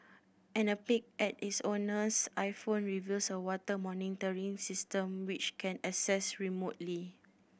and a peek at its owner's iPhone reveals a water monitoring system which can accessed remotely